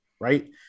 right